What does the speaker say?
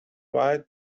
quite